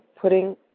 putting